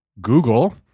google